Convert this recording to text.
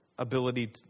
ability